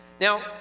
now